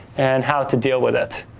and how to deal with it.